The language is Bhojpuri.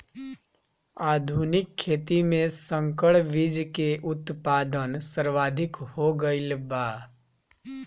आधुनिक खेती में संकर बीज के उत्पादन सर्वाधिक हो गईल बा